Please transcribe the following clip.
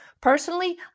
Personally